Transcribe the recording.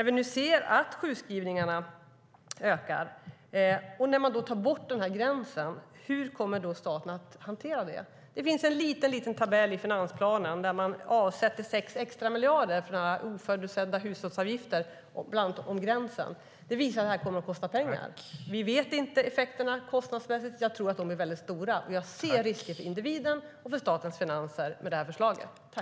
Vi ser att sjukskrivningarna ökar. Hur kommer staten att hantera det om man tar bort gränsen? Det finns en liten tabell i finansplanen om bland annat gränsen, där man avsätter 6 extra miljarder för oförutsedda hushållsavgifter. Det visar att det här kommer att kosta pengar. Vi vet inte vad effekterna blir kostnadsmässigt. Jag tror att de blir stora, och jag ser risker för individen och för statens finanser med det här förslaget.